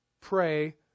pray